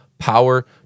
Power